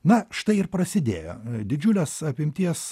na štai ir prasidėjo didžiulės apimties